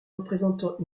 représentant